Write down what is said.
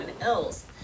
else